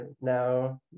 now